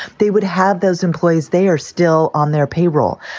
they would have those employees. they are still on their payroll.